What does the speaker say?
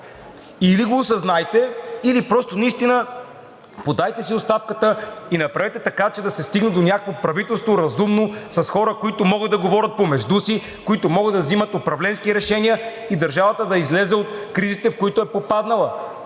Или го осъзнайте, или просто наистина си подайте оставката и направете така, че да се стигне до някакво разумно правителство, с хора, които могат да говорят помежду си, които могат да взимат управленски решения, и държавата да излезе от кризите, в които е попаднала.